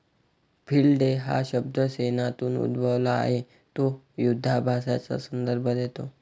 field day हा शब्द सैन्यातून उद्भवला आहे तो युधाभ्यासाचा संदर्भ देतो